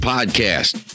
Podcast